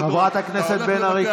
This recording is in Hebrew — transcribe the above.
חברת הכנסת בן ארי,